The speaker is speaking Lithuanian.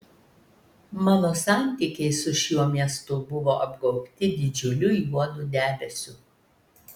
mano santykiai su šiuo miestu buvo apgaubti didžiuliu juodu debesiu